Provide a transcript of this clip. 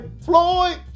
Floyd